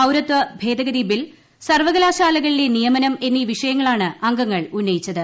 പൌരത്വ ഭേദഗതി ബിൽ സർവ്വകലാശാലകളിലെ നിയമനം എന്നീ വിഷയങ്ങളാണ് അംഗങ്ങൾ ഉന്നയിച്ചത്